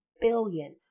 billion